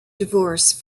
divorce